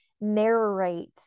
narrate